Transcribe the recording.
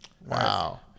Wow